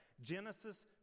Genesis